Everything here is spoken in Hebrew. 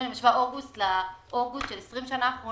אם אני משווה את אוגוסט לאוגוסט של 20 השנים האחרונות,